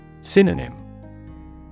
Synonym